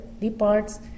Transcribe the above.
departs